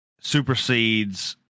supersedes